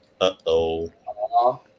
Uh-oh